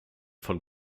von